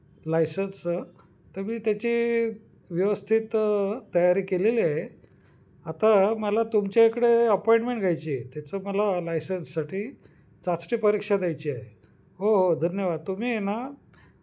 लायसन्सचं तर मी त्याची व्यवस्थित तयारी केलेली आहे आता मला तुमच्या इकडे अपॉइंटमेंट घ्यायची आहे त्याचं मला लायसनससाठी चाचणी परीक्षा द्यायची आहे हो हो धन्यवाद तुम्ही आहे ना